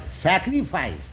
sacrifice